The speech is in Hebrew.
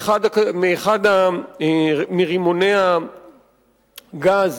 מאחד מרימוני הגז